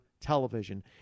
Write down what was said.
television